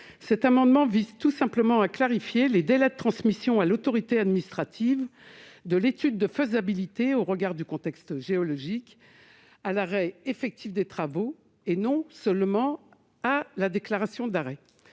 Cet amendement vise à clarifier les délais de transmission à l'autorité administrative de l'étude de faisabilité, au regard du contexte géologique, à l'arrêt effectif des travaux et non seulement à la déclaration de l'arrêt.